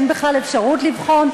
אין בכלל אפשרות לבחון,